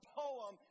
poem